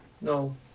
No